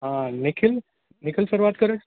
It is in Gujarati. હા નિખિલ નિખિલ સર વાત કરે છે